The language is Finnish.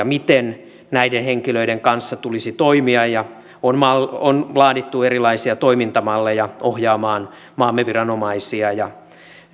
miten näiden henkilöiden kanssa tulisi toimia ja on laadittu erilaisia toimintamalleja ohjaamaan maamme viranomaisia ja